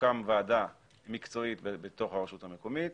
תוקם ועדה מקצועית בתוך הרשות המקומית,